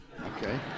Okay